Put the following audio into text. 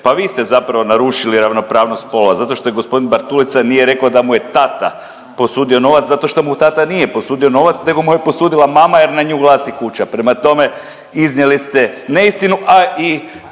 pa vi ste zapravo narušili ravnopravnost spolova zato što je gospodin Bartulica nije rekao da mu je tata posudio novac zato što mu tata nije posudio novac, nego mu je posudila mama jer na nju glasi kuća. Prema tome iznijeli ste neistinu, a i